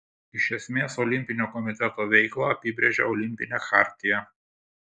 iš esmės olimpinio komiteto veiklą apibrėžia olimpinė chartija